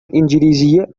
الإنجليزية